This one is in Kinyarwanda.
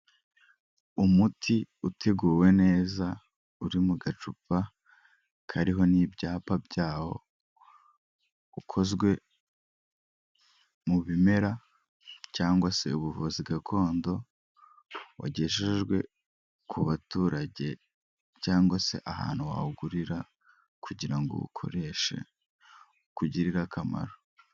Umuti uteguwe neza uri mu gacupa kariho n'ibyapa byaho, ukozwe mu bimera cyangwa se ubuvuzi gakondo. Wagejejwe ku baturage cyangwa se ahantu wawugurira, kugira ngo uwukoreshe ukugirire akamaro.